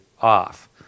off